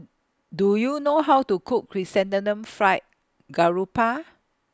Do YOU know How to Cook Chrysanthemum Fried Garoupa